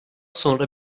sonra